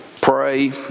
pray